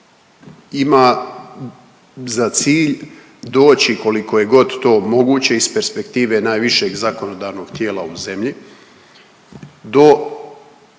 ima za cilj doći koliko je god to moguće iz perspektive najvišeg zakonodavnog tijela u zemlji